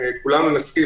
מכיוון שלא מבטלים אותך,